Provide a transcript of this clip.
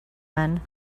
men